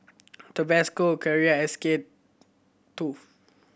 Tabasco Carrera S K Two